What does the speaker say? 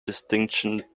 distinction